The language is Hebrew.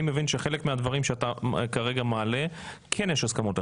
אני מבין שעל חלק מהדברים שאתה כרגע מעלה כן יש הסכמות.